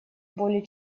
более